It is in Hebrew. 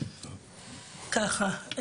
ככה,